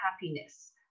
Happiness